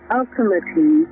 ultimately